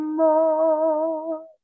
more